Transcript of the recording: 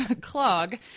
Clog